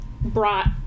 brought